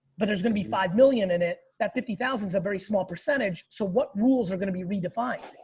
but there's gonna be five million in it. that fifty thousand is a very small percentage. so what rules are gonna be redefined?